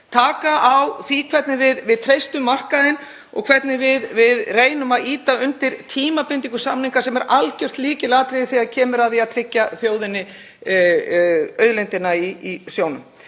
taka á því hvernig við treystum markaðinn og hvernig við reynum að ýta undir tímabindingu samninga sem er algjört lykilatriði þegar kemur að því að tryggja þjóðinni auðlindina í sjónum.